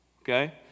okay